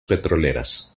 petroleras